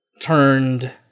turned